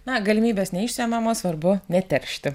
na galimybės neišsemiamos svarbu neteršti